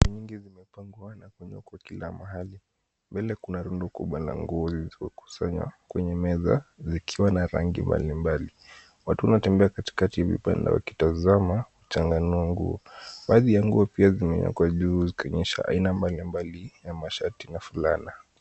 Kwenye wingi huu kuna rundo kubwa la nguo lililokusanywa kwenye meza zikiwa na rangi mbali mbali. Watu wanatembea katikati ya vibanda wakitazama kuchanganua nguo. Baadhi ya nguo pia zimewekwa juu zikionyesha aina mbali mbali ya mashatii na fulana.